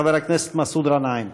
חבר הכנסת מסעוד גנאים.